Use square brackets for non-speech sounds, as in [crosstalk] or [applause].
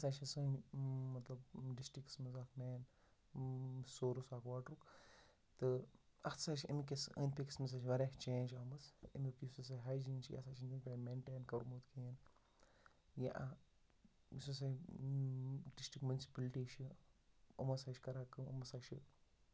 یہِ ہَسا چھِ سٲنۍ مطلب ڈِسٹرٛکَس منٛز اَکھ مین سورُس آف واٹرُک تہٕ اَتھ سا چھِ أمکِس أنٛدۍ پٔکِس منٛز ہَسا واریاہ چینٛج آمٕژ تہٕ أمیُٚک یُس ہَسا ہایجیٖن چھُ یہِ ہَسا چھِ [unintelligible] مینٹین کوٚرمُت کِہیٖنۍ یا یُس ہَسا ڈِسٹرٛک مُنسِپٕلٹی چھِ یِم ہَسا چھِ کَران کٲم یِم ہَسا چھِ